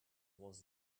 was